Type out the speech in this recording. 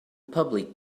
public